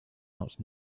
out